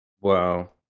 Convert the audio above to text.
Wow